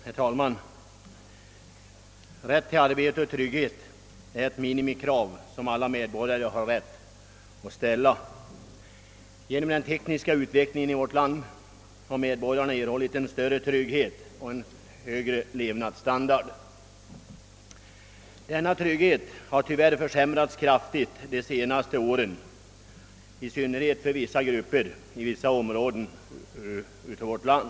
Herr talman! Rätt till arbete och trygghet är ett minimikrav, ett krav som alla medborgare har rätt att ställa. Genom den tekniska utvecklingen i vårt land har medborgarna erhållit en större trygghet och en högre levnadsstandard. Denna trygghet har tyvärr försämrats kraftigt de senaste åren i synnerhet för vissa grupper i vissa delar av vårt land.